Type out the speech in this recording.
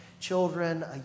children